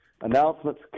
Announcements